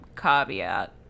caveat